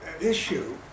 issue